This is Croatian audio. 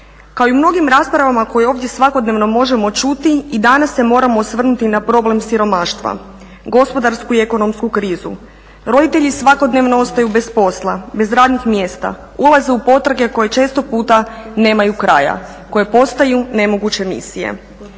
Kao i u mnogim raspravama koje ovdje svakodnevno možemo čuti i danas se moramo osvrnuti na problem siromaštva, gospodarsku i ekonomsku krizu. Roditelji svakodnevno ostaju bez posla, bez radnih mjesta. Ulaze u potrage koje često puta nemaju kraja, koje postaju nemoguće misije.